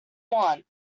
want